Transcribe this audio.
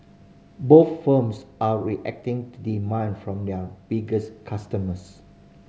both firms are reacting to demand from their biggest customers